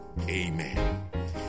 Amen